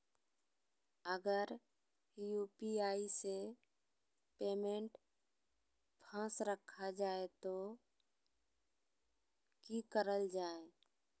अगर यू.पी.आई से पेमेंट फस रखा जाए तो की करल जाए?